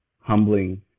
humbling